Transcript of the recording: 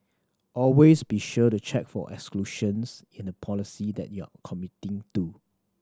always be sure to check for exclusions in the policy that you are committing to